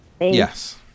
yes